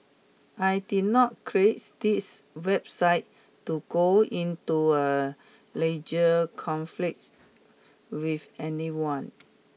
I did not creates this website to go into a legal conflict with anyone